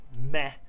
meh